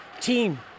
team